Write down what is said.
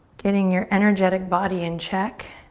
getting your energetic body in check.